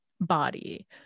body